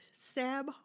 Sam